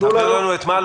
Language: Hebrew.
תעבירו לנו את מה?